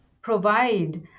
provide